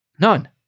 none